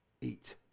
eat